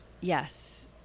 Yes